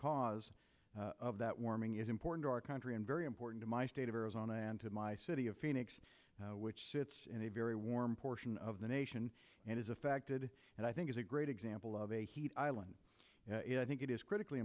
cause of that warming is important to our country and very important to my state of arizona and to my city of phoenix which sits in a very warm portion of the nation and is affected and i think is a great example of a heat island i think it is critically